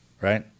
right